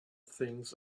things